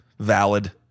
Valid